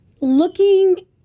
looking